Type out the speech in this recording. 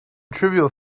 trivial